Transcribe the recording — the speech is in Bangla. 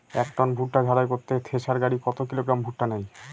এক টন ভুট্টা ঝাড়াই করতে থেসার গাড়ী কত কিলোগ্রাম ভুট্টা নেয়?